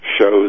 shows